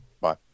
Bye